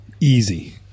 Easy